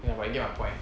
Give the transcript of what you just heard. but you get my point